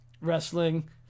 wrestling